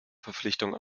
verpflichtung